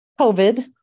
COVID